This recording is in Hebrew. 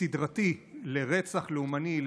סדרתי לרצח לאומני,